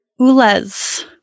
Ulez